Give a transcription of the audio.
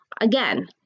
Again